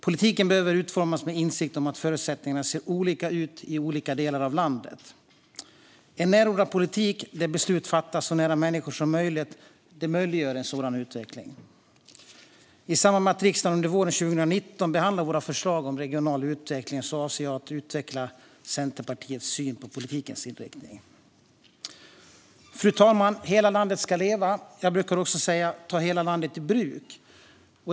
Politiken behöver utformas med en insikt om att förutsättningarna ser olika ut i olika delar av landet. En närodlad politik, där beslut fattas så nära människor som möjligt, möjliggör en sådan utveckling. I samband med att riksdagen under våren 2019 behandlar våra förslag för regional utveckling avser jag att utveckla Centerpartiets syn på politikens inriktning. Fru talman! Hela landet ska leva. Jag brukar också säga: Ta hela landet i bruk!